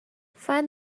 find